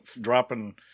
dropping